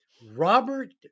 Robert